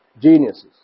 geniuses